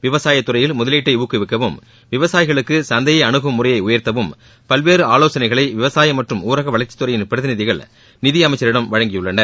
விவசாயத்துறையில் முதலீட்டை ஊக்குவிக்கவும் விவசாயிகளுக்கு சந்தையை அணுகும் முறையை உயர்த்தவும் பல்வேறு ஆலோசனைகளை விவசாயம் மற்றும் ஊரக வளர்ச்சித்துறை பிரதிநிதிகள் நிதியமைச்சரிடம் வழங்கியுள்ளனர்